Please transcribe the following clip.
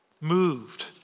moved